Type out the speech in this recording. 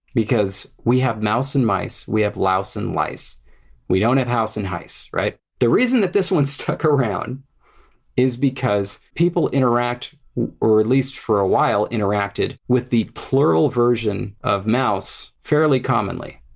because we have mouse and mice we have louse and lice we don't have house and hice, right? the reason that this one stuck around is because people interact or at least for a while interacted with the plural version of! mouse! fairly commonly.